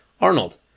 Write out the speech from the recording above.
Arnold